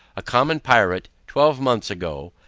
a common pirate, twelve months ago,